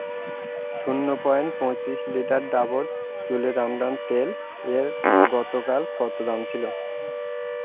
শূন্য পয়েন্ট পঁচিশ লিটার ডাবর চুলের আমন্ড তেল এর গতকাল কতো দাম ছিলো